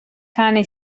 cane